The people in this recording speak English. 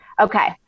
Okay